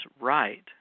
right